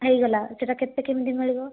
ହେଇଗଲା ସେଟା କେତେ କେମତି ମିଳିବ